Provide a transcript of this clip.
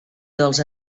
dels